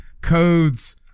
codes